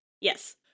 Yes